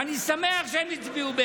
ואני שמח שהם הצביעו בעד,